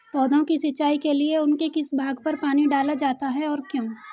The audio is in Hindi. पौधों की सिंचाई के लिए उनके किस भाग पर पानी डाला जाता है और क्यों?